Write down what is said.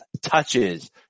touches